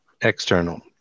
External